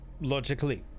Logically